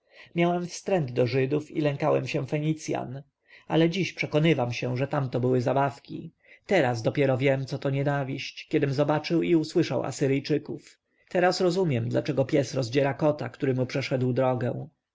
miałem wstręt do żydów i lękałem się fenicjan ale dziś przekonywam się że tamto były zabawki teraz dopiero wiem co jest nienawiść kiedym zobaczył i usłyszał asyryjczyków teraz rozumiem dlaczego pies rozdziera kota który mu przeszedł drogę